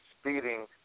speeding